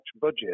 budget